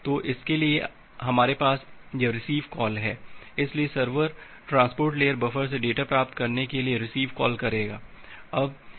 तो इसके लिए हमारे पास यह रिसीव कॉल है इसलिए सर्वर ट्रांसपोर्ट लेयर बफर से डेटा प्राप्त करने के लिए रिसीव कॉल करेगा